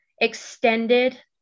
extended